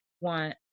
want